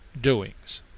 doings